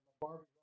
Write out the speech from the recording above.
Barbie